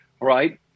right